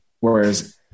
Whereas